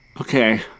Okay